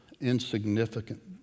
insignificant